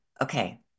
okay